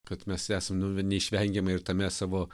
kad mes esam nu neišvengiamai ir tame savo